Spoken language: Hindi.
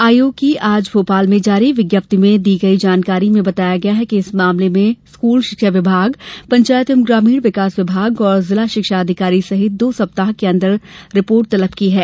आयोग की आज भोपाल में जारी विज्ञप्ति में जानकारी दी गई कि इस मामले में स्कूल शिक्षा विभाग पंचायत एवं ग्रामीण विकास विभाग और जिला शिक्षा अधिकारी सहित दो सप्ताह के अंदर रिपोर्ट तलब की है